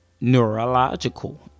neurological